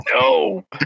No